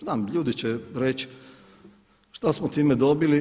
Znam, ljudi će reći što smo time dobili?